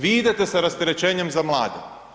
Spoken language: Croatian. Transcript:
Vi idete sa rasterećenjem za mlade.